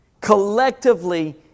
Collectively